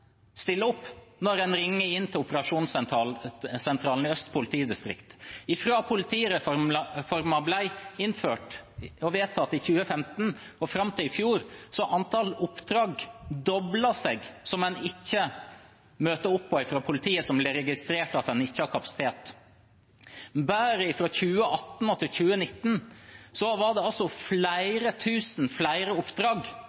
opp når en ringer inn til operasjonssentralen i Øst politidistrikt. Fra politireformen ble innført og vedtatt i 2015 og fram til i fjor, har antallet oppdrag som en ikke møter opp på fra politiet, hvor det ble registrert at en ikke har kapasitet, doblet seg. Bare fra 2018 til 2019 var det altså